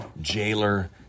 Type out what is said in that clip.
jailer